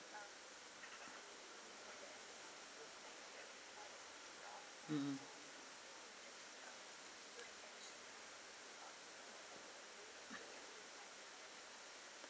mm